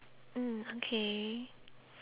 mm okay